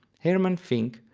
herman finck,